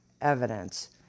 Evidence